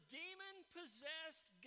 demon-possessed